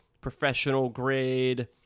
professional-grade